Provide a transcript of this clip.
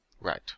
Right